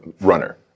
runner